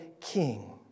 king